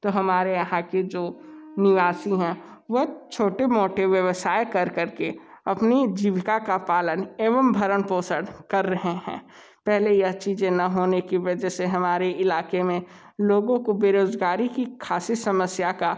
तो हमारे यहाँ की जो निवासी हैं वह छोटे मोटे व्यवसाय कर कर के अपनी जीविका का पालन एवं भरण पोषण कर रहे हैं पेहले यह चीज़ें ना होने की वजह से हमारे इलाके में लोगों को बेरोजगारी की खासी समस्या का